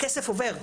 הכסף עובר.